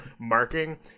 marking